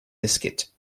biscuit